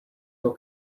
your